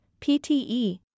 PTE